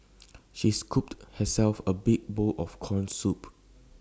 she scooped herself A big bowl of Corn Soup